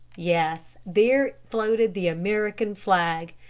yes, there floated the american flag!